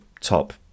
top